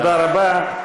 תודה רבה.